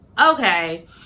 okay